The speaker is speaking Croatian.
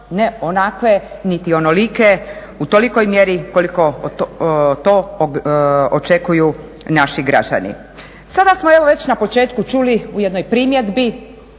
ne onakve niti onolike u tolikoj mjeri koliko to očekuju naši građani. Sada smo evo već na početku čuli u jednoj primjedbi